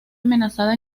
amenazada